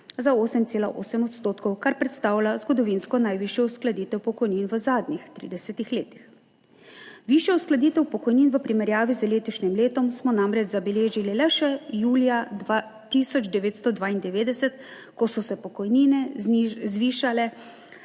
za 8,8 %, kar predstavlja zgodovinsko najvišjo uskladitev pokojnin v zadnjih 30 letih. Višjo uskladitev pokojnin v primerjavi z letošnjim letom smo namreč zabeležili le še julija 1992, ko so se pokojnine zvišale